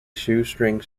shoestring